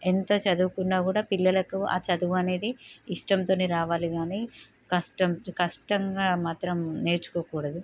ఎంత చదువుకున్నా కూడా పిల్లలకు ఆ చదువు అనేది ఇష్టంతోనే రావాలి కానీ కష్టం కష్టంగా మాత్రం నేర్చుకోకూడదు